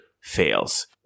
fails